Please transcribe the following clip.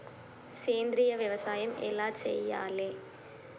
సేంద్రీయ వ్యవసాయం ఎలా చెయ్యాలే?